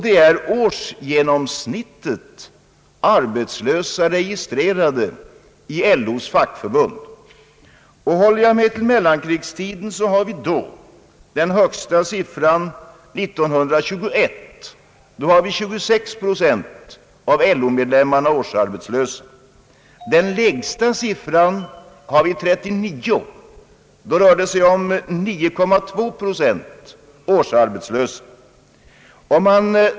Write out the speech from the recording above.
Det är årsgenomsnittet arbetslösa, registrerade i LO:s fackförbund. Om jag håller mig till mellankrigstiden förekommer den högsta siffran år 1921; då var 26 procent av LO medlemmarna arbetslösa. Den lägsta siffran har vi år 1939 då årsgenomsnittet arbetslösa var 9,2 procent.